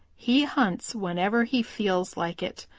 he hunts whenever he feels like it,